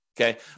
Okay